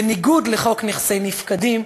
בניגוד לחוק נכסי נפקדים,